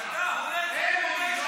כשהחמאס, אתה הורג, הם הורגים,